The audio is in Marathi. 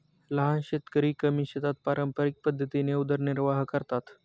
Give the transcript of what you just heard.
लहान शेतकरी कमी शेतात पारंपरिक पद्धतीने उदरनिर्वाह करतात